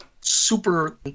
super